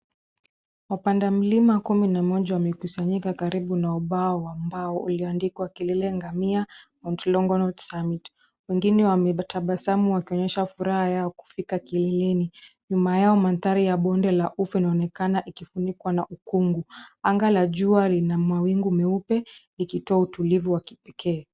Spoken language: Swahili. Wapanda mlima kumi na moja wamekusanyika karibu na ubao wa mbao ulioandikwa Kilele Ngamia Mt Longonot Summit. Wengine wametabasamu wakionyesha furaha yao kufika kileleni. Nyuma yao mandhari ya bonde la ufa inaonekana ikifunikwa na ukungu. Angaa la jua lina mawingu meupe ikitoa utulivu wa kipekee.